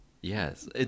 yes